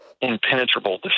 impenetrable